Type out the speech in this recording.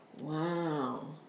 Wow